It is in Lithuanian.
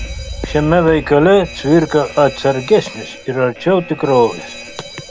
šiame veikale cvirka atsargesnis ir arčiau tikrovės